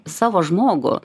savo žmogų